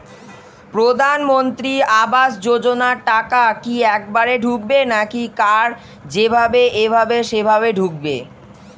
প্রধানমন্ত্রী আবাস যোজনার টাকা কি একবারে ঢুকবে নাকি কার যেভাবে এভাবে সেভাবে ঢুকবে?